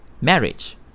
marriage